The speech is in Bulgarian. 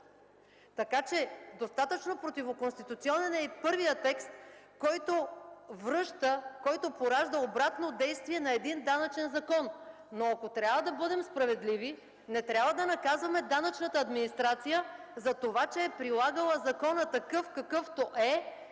Така че достатъчно противоконституционен е и първият текст, който поражда обратно действие на един данъчен закон. Ако трябва да бъдем справедливи, не трябва да наказваме данъчната администрация за това, че е прилагала закона такъв, какъвто е,